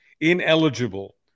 ineligible